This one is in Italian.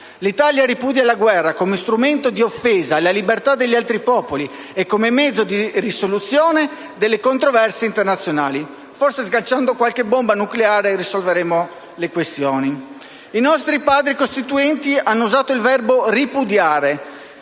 «L'Italia ripudia la guerra come strumento di offesa alla libertà degli altri popoli e come mezzo di risoluzione delle controversie internazionali». Forse sganciando qualche bomba nucleare risolveremo le questioni. I nostri Padri costituenti hanno usato il verbo «ripudiare»,